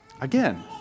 Again